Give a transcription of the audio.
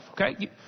Okay